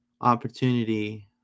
opportunity